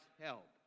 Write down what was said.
help